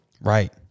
Right